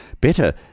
better